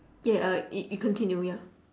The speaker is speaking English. ya uh yo~ you continue ya